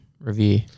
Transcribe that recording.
review